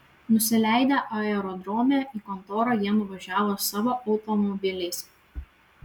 nusileidę aerodrome į kontorą jie nuvažiavo savo automobiliais